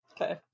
Okay